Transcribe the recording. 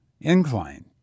incline